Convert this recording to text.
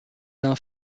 d’un